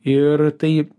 ir tai